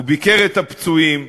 הוא ביקר אצל הפצועים,